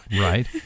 Right